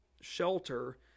shelter